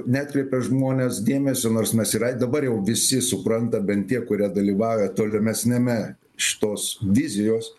neatkreipia žmonės dėmesio nors mes yra dabar jau visi supranta bent tie kurie dalyvauja tolimesniame šitos vizijos